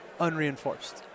unreinforced